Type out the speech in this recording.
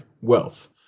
wealth